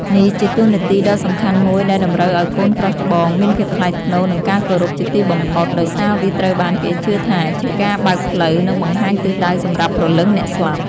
នេះជាតួនាទីដ៏សំខាន់មួយដែលតម្រូវឲ្យកូនប្រុសច្បងមានភាពថ្លៃថ្នូរ និងការគោរពជាទីបំផុត ដោយសារវាត្រូវបានគេជឿថាជាការបើកផ្លូវ និងបង្ហាញទិសដៅសម្រាប់ព្រលឹងអ្នកស្លាប់។